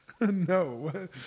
No